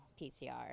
PCR